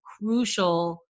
crucial